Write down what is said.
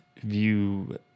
view